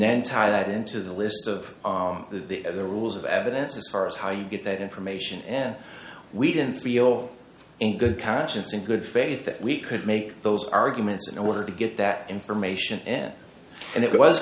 then tie that into the list of the rules of evidence as far as how you get that information and we didn't feel in good conscience in good faith that we could make those arguments in order to get that information and it was